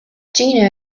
gina